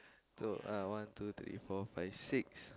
so uh one two three four five six